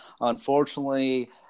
Unfortunately